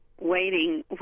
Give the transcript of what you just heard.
waiting